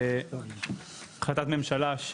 החלטת ממשלה,